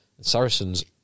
Saracens